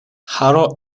haro